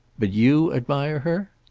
but you admire her?